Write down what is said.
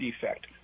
defect